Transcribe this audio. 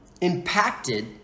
impacted